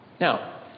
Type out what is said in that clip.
Now